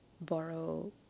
borrow